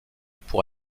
pour